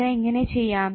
ഇത് എങ്ങനെ ചെയ്യാം